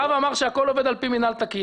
הרב אמר שהכול עובד על פי מנהל תקין.